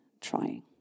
trying